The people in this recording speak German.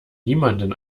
niemanden